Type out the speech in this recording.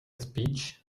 speech